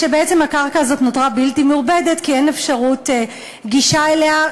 שבעצם נותרה בלתי מעובדת כי אין אפשרות גישה אליה,